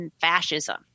fascism